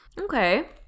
Okay